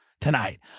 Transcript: tonight